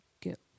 get